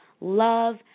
love